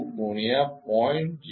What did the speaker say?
2 ગુણ્યા 0